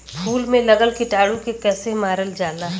फूल में लगल कीटाणु के कैसे मारल जाला?